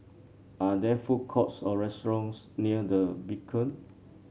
are there food courts or restaurants near The Beacon